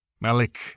Malik